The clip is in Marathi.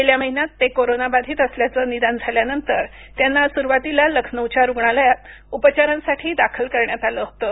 गेल्या महिन्यात ते कोरोनाबाधित असल्याचं निदान झाल्यानंतर त्यांना सुरुवातीला लखनौच्या रुग्णालयात उपचारांसाठी दाखल करण्यात आलं होतं